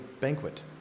banquet